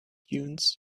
dunes